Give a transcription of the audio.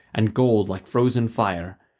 and gold like frozen fire.